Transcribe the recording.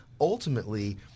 Ultimately